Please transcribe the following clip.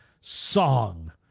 song